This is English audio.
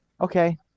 Okay